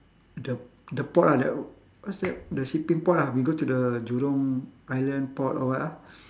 the the port ah the what's that the shipping port lah we go to the jurong island port or what ah